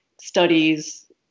studies